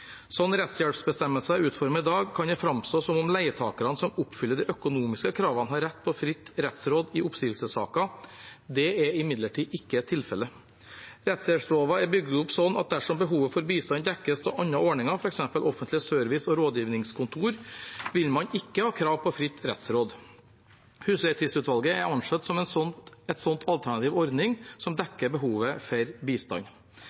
er utformet i dag, kan det framstå som om leietakere som oppfyller de økonomiske kravene, har rett på fritt rettsråd i oppsigelsessaker. Det er imidlertid ikke tilfellet. Rettshjelpsloven er bygd opp slik at dersom behovet for bistand dekkes av andre ordninger, f.eks. offentlige service- og rådgivningskontor, vil man ikke ha krav på fritt rettsråd. Husleietvistutvalget er ansett som en slik alternativ ordning som dekker behovet for bistand.